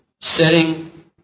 setting